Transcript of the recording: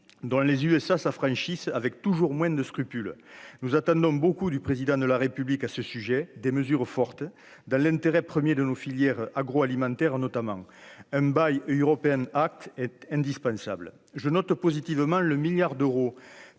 dans les USA s'affranchissent avec toujours moins de scrupules, nous attendons beaucoup du président de la République à ce sujet des mesures fortes dans l'intérêt 1er de nos filières agro-agroalimentaires notamment un bail européenne acte est indispensable, je note positivement le milliard d'euros